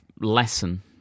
lesson